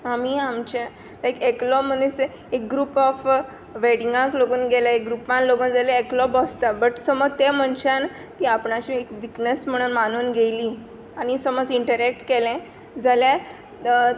आमी आमचे एकलो मनीस एक ग्रूप ऑफ वॅडिंगाक लेगीत गेल्यार एक ग्रुपान एकलो बसता बट समज त्या मनशान ती आपणाली एक विक्नस म्हणून मानून घेतली आनी समज इन्टरेक्ट केलें जाल्यार